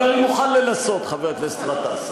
אבל אני מוכן לנסות, חבר הכנסת גטאס.